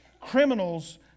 Criminals